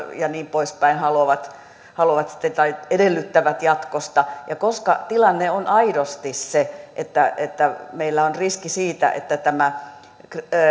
ja niin poispäin haluavat haluavat tai edellyttävät jatkosta koska tilanne on aidosti se että että meillä on riski siitä että tämä